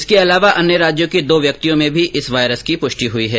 इसके अलावा अन्य राज्यों के दो व्यक्तियों में भी इस वायरस की पुष्टि हुई है